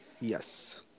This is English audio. yes